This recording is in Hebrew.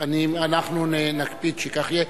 אנחנו נקפיד שכך יהיה.